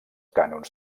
cànons